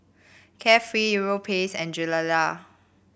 Carefree Europace and Gilera